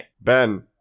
Ben